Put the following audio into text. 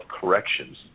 corrections